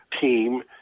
team